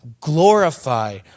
glorify